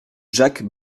jacques